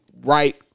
right